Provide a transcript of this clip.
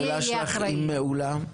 השאלה שלך היא מעולה.